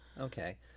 Okay